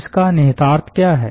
इसका निहितार्थ क्या है